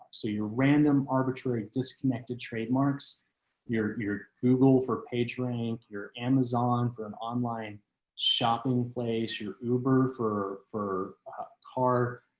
so your random arbitrary disconnected trademarks your your google for pagerank your amazon for an online shopping. place your uber for for car.